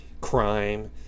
Crime